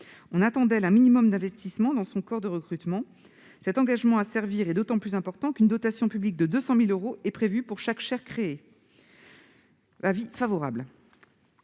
On attend d'elle un minimum d'investissement dans son corps de recrutement. Cet engagement à servir est d'autant plus important qu'une dotation publique de 200 000 euros est prévue pour chaque chaire créée. La